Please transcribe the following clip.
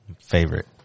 Favorite